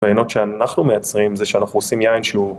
רעיונות שאנחנו מייצרים זה שאנחנו עושים יין שהוא